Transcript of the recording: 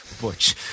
Butch